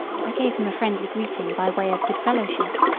i gave him a friendly greeting by way of good fellowship,